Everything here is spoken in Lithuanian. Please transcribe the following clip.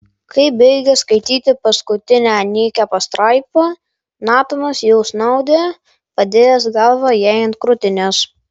kai baigė skaityti paskutinę nykią pastraipą natanas jau snaudė padėjęs galvą jai ant krūtinės